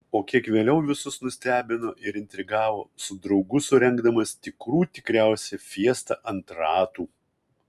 o kiek vėliau visus nustebino ir intrigavo su draugu surengdamas tikrų tikriausią fiestą ant ratų